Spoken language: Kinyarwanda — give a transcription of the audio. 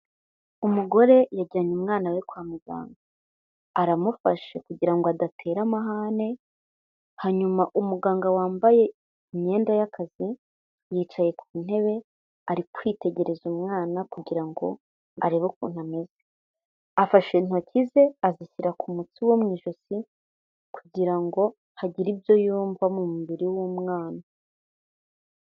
Umugore yajyanye umwana we kwa muganga. Aramufashe kugira ngo adatera amahane, hanyuma umuganga wambaye imyenda y'akazi, yicaye ku ntebe ari kwitegereza umwana, kugira ngo arebe ukuntu ameze. Afashe intoki ze azishyira ku mutsi wo mu ijosi, kugira ngo hagire ibyo yumva mu mubiri w'umwana.